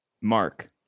Mark